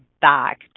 back